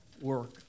work